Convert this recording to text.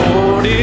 Lord